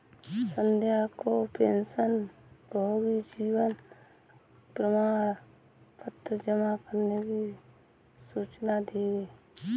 संध्या को पेंशनभोगी जीवन प्रमाण पत्र जमा करने की सूचना दी गई